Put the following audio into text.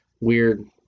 weird